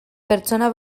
pertsona